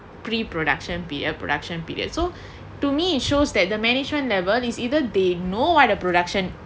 pre-production production period so to me it shows that the management level is either they know what the production